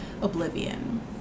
oblivion